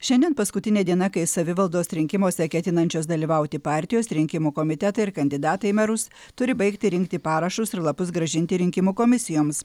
šiandien paskutinė diena kai savivaldos rinkimuose ketinančios dalyvauti partijos rinkimų komitetai ir kandidatai į merus turi baigti rinkti parašus ir lapus grąžinti rinkimų komisijoms